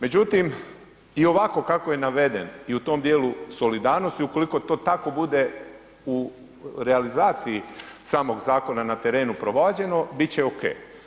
Međutim i ovako kako je naveden i u tom dijelu solidarnosti ukoliko to tako bude u realizaciji samog zakona na terenu provođeno biti će OK.